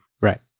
right